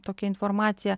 tokią informaciją